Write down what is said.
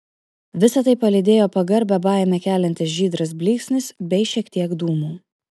visa tai palydėjo pagarbią baimę keliantis žydras blyksnis bei šiek tiek dūmų